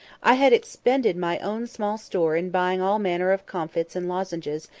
i had expended my own small store in buying all manner of comfits and lozenges,